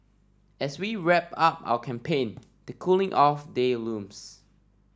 as we wrap up our campaign the cooling off day looms